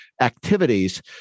activities